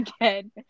again